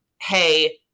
Hey